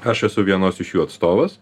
aš esu vienos iš jų atstovas